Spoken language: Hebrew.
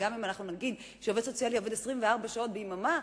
וגם אם אנחנו נגיד שעובד סוציאלי עובד 24 שעות ביממה,